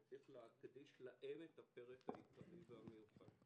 וצריך להקדיש להם את הפרק העיקרי והמיוחד.